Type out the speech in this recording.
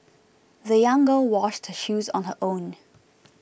the young girl washed her shoes on her own